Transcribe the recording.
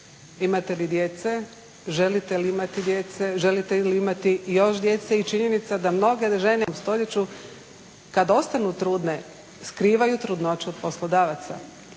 imate li djece, želite li imati djece, želite li imati još djece i činjenica da mnoge žene i danas u 21.stoljeću kada ostanu trudne skrivaju trudnoću od poslodavaca